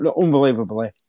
unbelievably